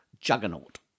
juggernaut